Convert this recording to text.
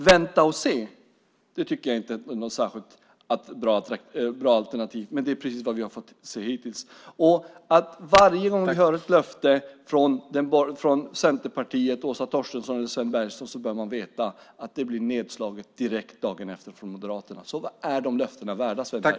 Vänta och se tycker jag inte är något särskilt bra alternativ, men det är precis vad vi har fått se hittills. Varje gång man hör ett löfte från Centerpartiets Sven Bergström eller Åsa Torstensson bör man veta att det blir nedslaget direkt dagen efter från Moderaterna. Så vad är löftena värda, Sven Bergström?